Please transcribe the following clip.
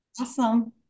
Awesome